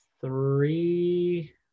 three